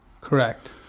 Correct